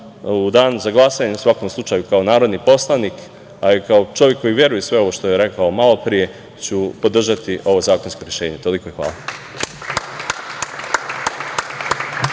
u danu za glasanje, u svakom slučaju kao narodni poslanik, a i kao čovek koji veruje u sve što je rekao malopre, ću podržati ova zakonska rešenja. Toliko i hvala.